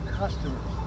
customers